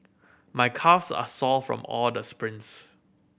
my calves are sore from all the sprints